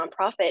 nonprofit